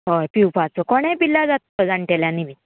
हय पिवपाचो कोणें पिल्या जाता तो जाण्टेल्यांनी बीन